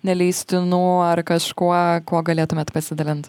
neleistinų ar kažkuo kuo galėtumėt pasidalint